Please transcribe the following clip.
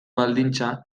baldintza